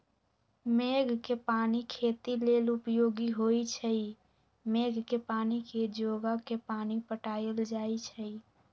मेघ कें पानी खेती लेल उपयोगी होइ छइ मेघ के पानी के जोगा के पानि पटायल जाइ छइ